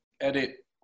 edit